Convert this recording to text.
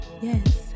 yes